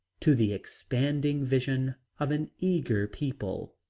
to the expanding vision of an eager people.